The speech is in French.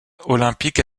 olympique